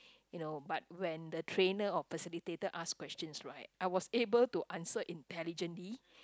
you know but when the trainer or facilitator ask questions right I was able to answer intelligently